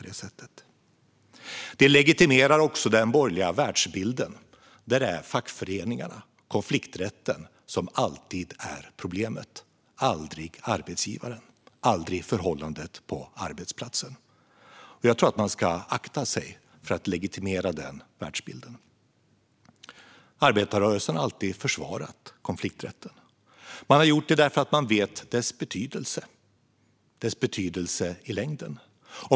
Detta legitimerar också den borgerliga världsbilden, där fackföreningarna och konflikträtten alltid är problemet och aldrig arbetsgivaren eller förhållandet på arbetsplatsen. Jag tror att man ska akta sig för att legitimera en sådan världsbild. Arbetarrörelsen har alltid försvarat konflikträtten. Man har gjort det eftersom man vet dess betydelse i längden.